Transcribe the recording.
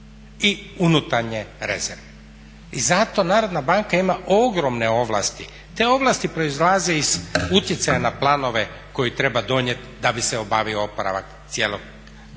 i unutarnje rezerve. I zato Narodna banka ima ogromne ovlasti. Te ovlasti proizlaze iz utjecaja na planove koje treba donijeti da bi se obavio oporavak cijelog